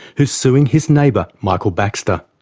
who's suing his neighbour michael baxter.